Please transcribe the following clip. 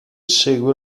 segue